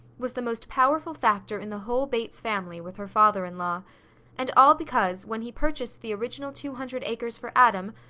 was the most powerful factor in the whole bates family with her father-in-law and all because when he purchased the original two hundred acres for adam,